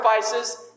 sacrifices